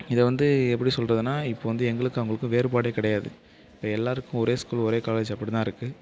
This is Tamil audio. இதை வந்து எப்படி சொல்கிறதுனா இப்போது வந்து எங்களுக்கும் அவங்களுக்கு வேறுபாடே கிடையாது இப்போ எல்லோருக்கும் ஒரே ஸ்கூல் ஒரே காலேஜ் அப்படி தான் இருக்குது